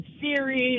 series